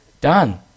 Done